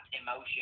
emotion